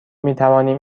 میتوانیم